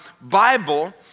Bible